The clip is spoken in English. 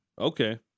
Okay